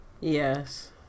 Yes